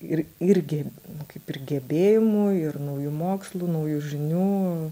ir irgi kaip ir gebėjimų ir naujų mokslų naujų žinių